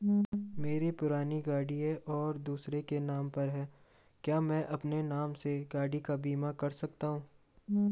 मेरी पुरानी गाड़ी है और दूसरे के नाम पर है क्या मैं अपने नाम से गाड़ी का बीमा कर सकता हूँ?